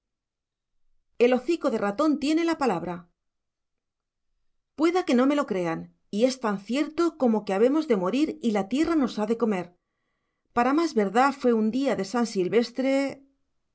el hocico de ratón tiene la palabra pueda que no me lo crean y es tan cierto como que habemos de morir y la tierra nos ha de comer para más verdá fue un día de san silvestre